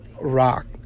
rock